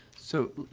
so,